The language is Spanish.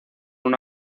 una